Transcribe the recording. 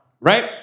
right